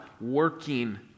working